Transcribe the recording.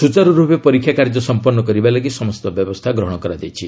ସୁଚାରୁରୂପେ ପରୀକ୍ଷା କାର୍ଯ୍ୟ ସମ୍ପନ୍ନ କରିବାଲାଗି ସମସ୍ତ ବ୍ୟବସ୍ଥା ଗ୍ରହଣ କରାଯାଇଛି